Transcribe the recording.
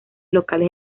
locales